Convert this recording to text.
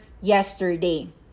yesterday